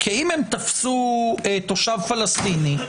כי אם הם תפסו תושב פלסטיני,